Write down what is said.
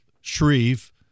shreve